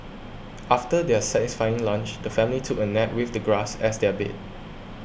after their satisfying lunch the family took a nap with the grass as their bed